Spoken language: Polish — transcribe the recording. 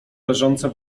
leżące